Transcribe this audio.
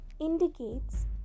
Indicates